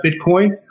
Bitcoin